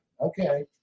okay